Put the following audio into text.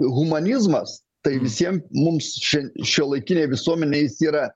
humanizmas tai visiem mums šia šiuolaikinėj visuomenėj yra